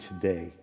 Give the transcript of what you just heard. today